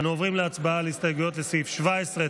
אנו עוברים להצבעה על ההסתייגויות לסעיף 17,